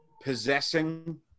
possessing